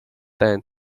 than